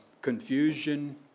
confusion